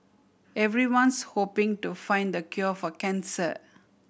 everyone's hoping to find the cure for cancer